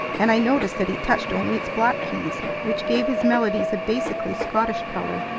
and i noticed that he touched only its black keys, which gave his melodies a basically scottish color.